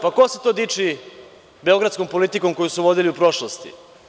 Pa, ko se to diči beogradskom politikom koju su vodili u prošlosti?